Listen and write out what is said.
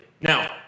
Now